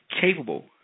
capable